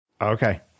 Okay